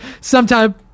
sometime